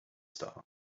star